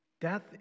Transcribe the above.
Death